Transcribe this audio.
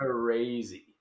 crazy